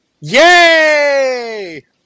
Yay